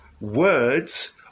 words